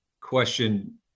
question